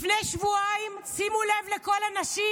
לפני שבועיים, שימו לב, כל הנשים,